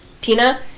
Tina